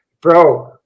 bro